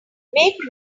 make